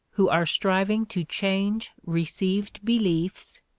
who are striving to change received beliefs,